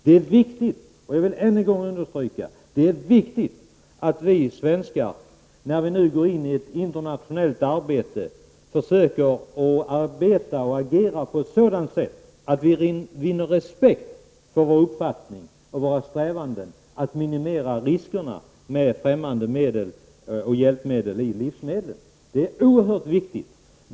Jag vill än en gång understryka: Det är viktigt att vi svenskar, när vi nu går in i ett internationellt arbete, försöker att agera på ett sådant sätt att vi vinner respekt för vår uppfattning och våra strävanden att minimera riskerna med främmande ämnen i livsmedel.